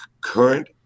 current